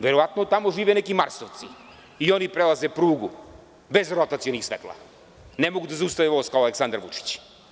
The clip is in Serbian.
Verovatno tamo žive neki marsovci i oni prelaze prugu bez rotacionih svetala i ne mogu da zaustave voz kao Aleksandar Vučić.